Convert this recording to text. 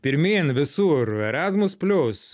pirmyn visur erazmus plius